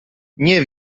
nie